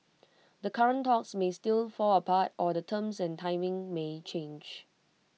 the current talks may still fall apart or the terms and timing may change